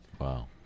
Wow